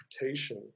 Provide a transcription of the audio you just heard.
interpretation